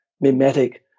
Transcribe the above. mimetic